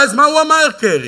ואז, מה הוא אמר, קרי?